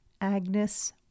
Agnes